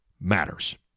matters